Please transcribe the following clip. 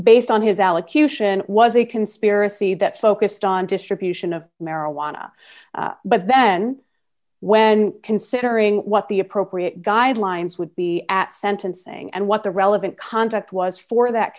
based on his allocution was a conspiracy that focused on distribution of marijuana but then when considering what the appropriate guidelines would be at sentencing and what the relevant conduct was for that